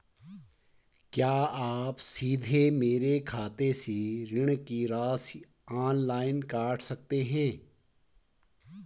क्या आप सीधे मेरे खाते से ऋण की राशि ऑनलाइन काट सकते हैं?